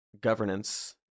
governance